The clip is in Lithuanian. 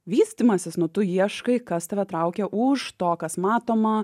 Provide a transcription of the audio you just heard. vystymasis nu tu ieškai kas tave traukia už to kas matoma